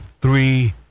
three